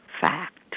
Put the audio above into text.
fact